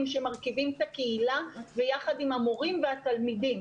שמרכיבים את הקהילה ויחד עם המורים והתלמידים.